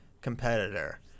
competitor